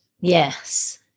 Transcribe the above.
yes